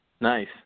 Nice